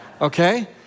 Okay